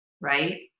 right